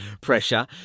pressure